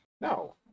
No